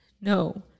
no